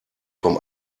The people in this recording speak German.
vom